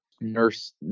nurse